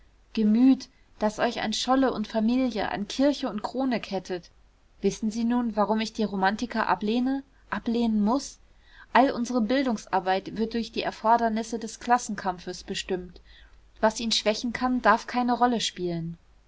gemüt das euch an scholle und familie an kirche und krone kettet wissen sie nun warum ich die romantiker ablehne ablehnen muß all unsere bildungsarbeit wird durch die erfordernisse des klassenkampfs bestimmt was ihn schwächen kann darf keine rolle spielen